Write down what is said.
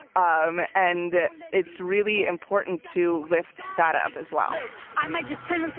um and it's really important to lift that up as well i might just chill